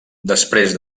després